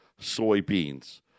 soybeans